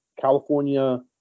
California